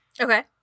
Okay